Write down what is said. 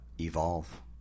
evolve